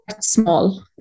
small